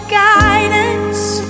guidance